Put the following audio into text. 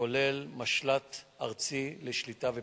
כולל משל"ט ארצי לשליטה ופיקוד.